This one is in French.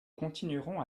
continuerons